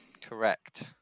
Correct